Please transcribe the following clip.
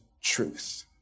truth